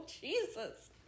Jesus